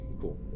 Cool